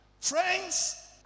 friends